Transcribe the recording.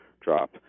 drop